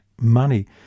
money